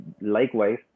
likewise